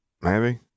Maybe